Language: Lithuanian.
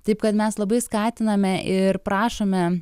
taip kad mes labai skatiname ir prašome